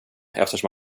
eftersom